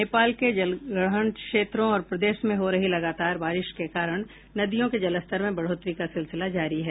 नेपाल के जलग्रहण क्षेत्रों और प्रदेश में हो रही लगातार बारिश के कारण नदियों के जलस्तर में बढोतरी का सिलसिला जारी है